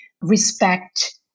respect